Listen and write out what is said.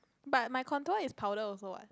but my contour is powder also what